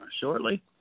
shortly